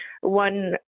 One